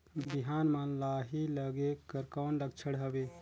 बिहान म लाही लगेक कर कौन लक्षण हवे?